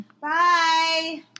Bye